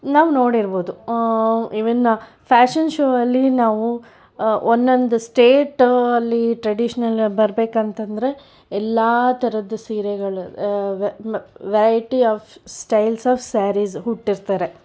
ನಾವು ನೋಡಿರ್ಬೋದು even fashion show ಅಲ್ಲಿ ನಾವು ಒಂದೊಂದು ಸ್ಟೇಟ್ ಅಲ್ಲಿ ಟ್ರೆಡಿಷ್ನಲ್ ಬರಬೇಕು ಅಂತೆಂದರೆ ಎಲ್ಲ ಥರದ್ದು ಸೀರೆಗಳು ವ್ಯಾ variety of styles of saris ಉಟ್ಟಿರುತ್ತಾರೆ